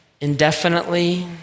Indefinitely